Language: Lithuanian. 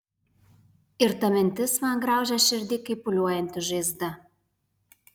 ir ta mintis man graužia širdį kaip pūliuojanti žaizda